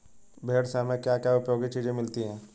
भेड़ से हमें क्या क्या उपयोगी चीजें मिलती हैं?